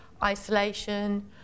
isolation